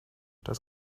das